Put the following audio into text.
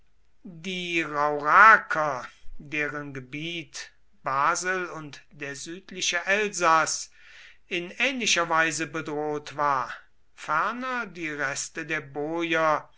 die rauraker deren gebiet basel und der südliche elsaß in ähnlicher weise bedroht war ferner die reste der boier